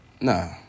No